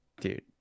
Dude